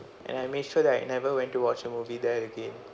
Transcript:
and I make sure that I never went to watch a movie there again